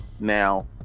Now